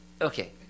Okay